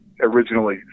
originally